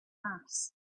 mass